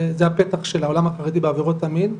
זה הפתח של העולם החרדי בעבירות המין.